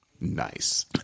Nice